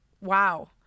Wow